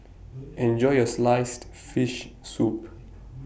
Enjoy your Sliced Fish Soup